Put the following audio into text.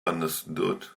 understood